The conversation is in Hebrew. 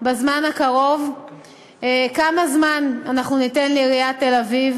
בזמן הקרוב כמה זמן אנחנו ניתן לעיריית תל-אביב